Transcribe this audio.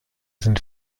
sind